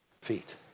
feet